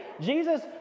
jesus